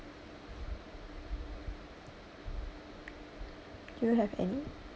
do you have any